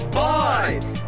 five